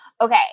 Okay